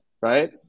right